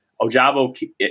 Ojabo